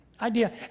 idea